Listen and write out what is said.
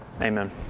Amen